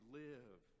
live